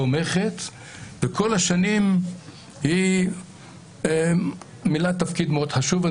תומכת וכל השנים היא מילאה תפקיד מאוד חשוב.